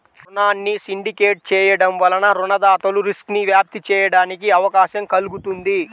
రుణాన్ని సిండికేట్ చేయడం వలన రుణదాతలు రిస్క్ను వ్యాప్తి చేయడానికి అవకాశం కల్గుతుంది